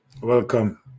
Welcome